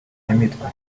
nyamitwe